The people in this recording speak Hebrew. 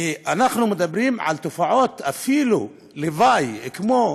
אנחנו מדברים אפילו על תופעות לוואי, כמו,